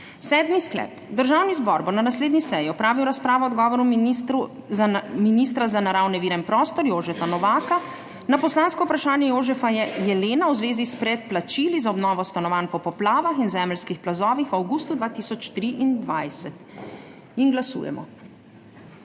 Sedmi sklep: Državni zbor bo na naslednji seji opravil razpravo o odgovoru ministra za ministra za naravne vire in prostor Jožeta Novaka na poslansko vprašanje Jožefa Jelena v zvezi s predplačili za obnovo stanovanj po poplavah in zemeljskih plazovih v avgustu 2023. Glasujemo.